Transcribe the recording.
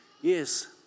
Yes